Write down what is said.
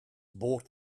bought